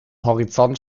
horizont